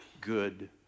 good